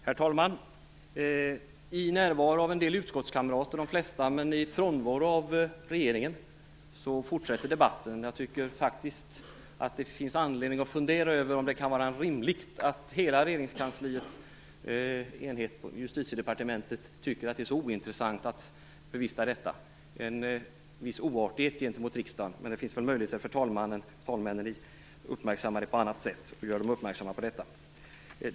Herr talman! I närvaro av en del - de flesta - utskottskamrater men i frånvaro av regeringen fortsätter debatten. Jag tycker faktiskt att det finns anledning att fundera över om det kan vara rimligt att hela Justitiedepartementet tycker att det är så ointressant att bevista den här debatten. Det är en viss oartighet gentemot riksdagen, men det finns väl möjligheter för talmännen att på annat sätt uppmärksamma regeringen på detta.